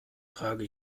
trage